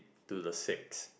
to the six